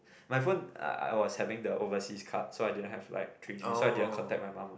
my phone I I was having the overseas card so I didn't have like three G so I didn't contact my mom